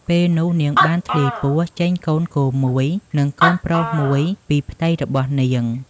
ពេលនោះនាងបានធ្លាយពោះចេញកូនគោមួយនិងកូនប្រុសមួយពីផ្ទៃរបស់នាង ។